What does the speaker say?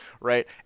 right